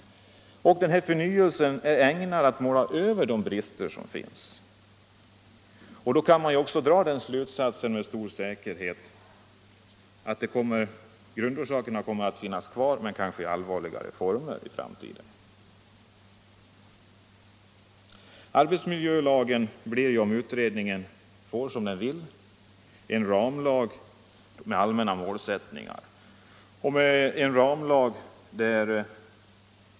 Om förnyelsen bara är ägnad att måla över bristerna kan man med stor säkerhet dra den slutsatsen att bristerna kommer att finnas kvar men kanske i allvarligare former. Arbetsmiljölagen blir, om utredningen får som den vill, en ramlag med allmänna målsättningar.